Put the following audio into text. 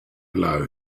allow